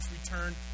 return